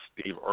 Steve